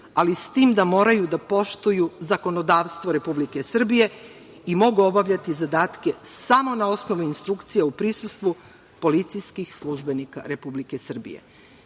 ali s tim da moraju da poštuju zakonodavstvo Republike Srbije i mogu obavljati zadatke samo na osnovu instrukcija u prisustvu policijskih službenika Republike Srbije.